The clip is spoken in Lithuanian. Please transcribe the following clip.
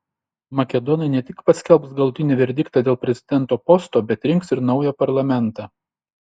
makedonai ne tik paskelbs galutinį verdiktą dėl prezidento posto bet rinks ir naują parlamentą